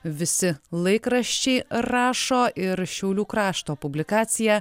visi laikraščiai rašo ir šiaulių krašto publikacija